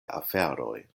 aferoj